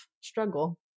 struggle